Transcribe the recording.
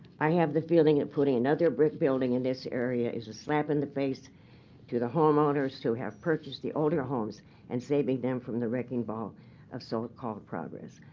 i have the feeling that putting another brick building in this area is a slap in the face to the homeowners who have purchased the older homes and saving them from the wrecking ball of so-called progress.